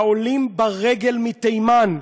העולים ברגל מתימן,